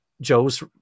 Joe's